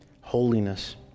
holiness